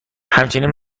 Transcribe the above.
همچنین